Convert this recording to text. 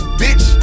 bitch